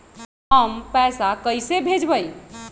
हम पैसा कईसे भेजबई?